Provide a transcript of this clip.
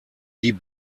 die